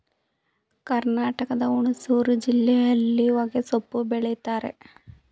ಕರ್ನಾಟಕದ ಹುಣಸೂರು ಜಿಲ್ಲೆಯಲ್ಲಿ ಹೊಗೆಸೊಪ್ಪು ಬೆಳಿತರೆ